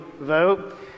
vote